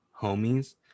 homies